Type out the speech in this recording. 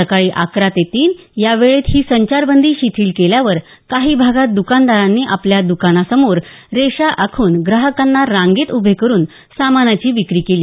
सकाळी अकरा ते तीन या वेळेत ही संचारबंदी शिथील केल्यावर काही भागात दुकानदारांनी आपल्या दुकानासमोर रेषा आखून ग्राहकांना रांगेत उभे करून सामानाची विक्री केली